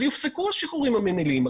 אז יופסקו השחרורים המינהליים.